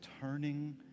turning